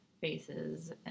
faces